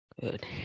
Good